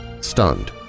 stunned